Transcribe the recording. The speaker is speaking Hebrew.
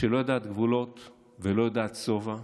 שלא יודעת גבולות ולא יודעת שובע,